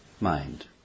mind